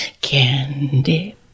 candy